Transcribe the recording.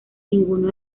ninguno